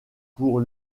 pour